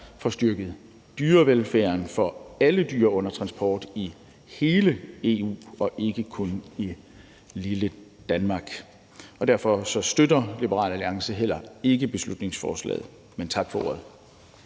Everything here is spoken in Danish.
får styrket dyrevelfærden for alle dyr under transport i hele EU og ikke kun i lille Danmark. Derfor støtter Liberal Alliance heller ikke beslutningsforslaget, men tak for ordet.